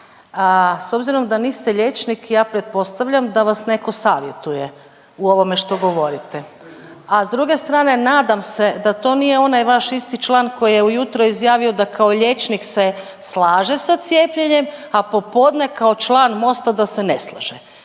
s obzirom da niste liječnik, ja pretpostavljam da vas netko savjetuje u ovome što govorite, a s druge strane, nadam se da to nije onaj vaš isti član koji je ujutro izjavio da kao liječnik se slaže sa cijepljenjem, a popodne kao član Mosta da se ne slaže.